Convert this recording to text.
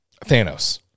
Thanos